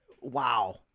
wow